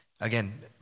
Again